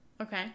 Okay